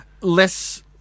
less